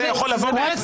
זה כל הקרחון.